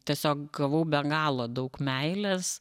tiesiog gavau be galo daug meilės